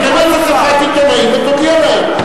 תכנס מסיבת עיתונאים ותודיע להם.